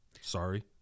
sorry